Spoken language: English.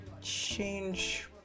change